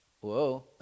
Whoa